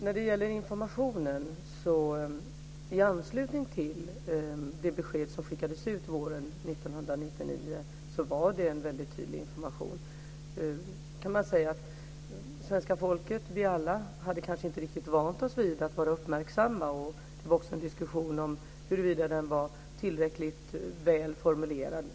Fru talman! I anslutning till det besked som skickades ut våren 1999 fanns en väldigt tydlig information. Svenska folket - vi alla - hade kanske inte riktigt vant sig vid att vara uppmärksamt. Det fördes också en diskussion om huruvida informationen var tillräckligt väl formulerad.